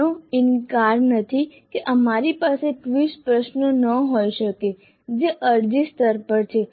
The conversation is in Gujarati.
આનો ઇનકાર નથી કે અમારી પાસે ક્વિઝ પ્રશ્નો ન હોઈ શકે જે અરજી સ્તર પર છે